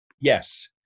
Yes